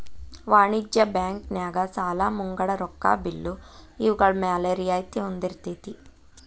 ವಾಣಿಜ್ಯ ಬ್ಯಾಂಕ್ ನ್ಯಾಗ ಸಾಲಾ ಮುಂಗಡ ರೊಕ್ಕಾ ಬಿಲ್ಲು ಇವ್ಗಳ್ಮ್ಯಾಲೆ ರಿಯಾಯ್ತಿ ಹೊಂದಿರ್ತೆತಿ